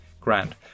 grand